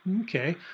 Okay